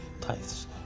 tithes